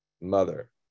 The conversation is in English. mother